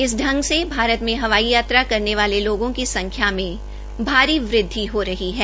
इस ढंग से भारत में हवाई यात्रा करने वाले लोगों की संख्या में भारी वृद्धि हो रही है